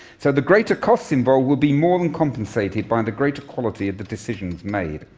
so the greater costs involved will be more than compensated by and the greater quality of the decisions made.